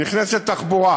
נכנסת תחבורה,